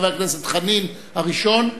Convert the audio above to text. חבר הכנסת דב חנין הוא הראשון,